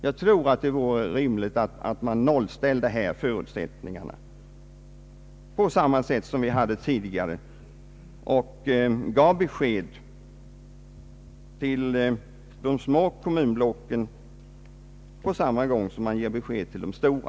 Jag tror att det vore rimligt att nollställa förutsättningarna på samma sätt som vi hade tidigare och att man ger besked till de små kommunblocken på samma gång som man ger besked till de stora.